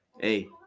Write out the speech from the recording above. Hey